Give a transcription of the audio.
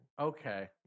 Okay